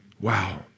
Wow